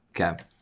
Okay